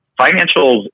financials